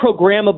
programmable